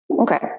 Okay